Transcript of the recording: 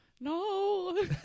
No